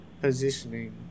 positioning